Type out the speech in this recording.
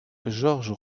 georges